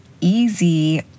easy